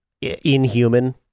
Inhuman